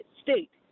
state